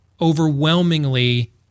overwhelmingly